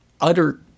utter